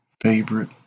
favorite